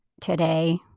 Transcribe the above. today